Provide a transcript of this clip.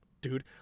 dude